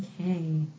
Okay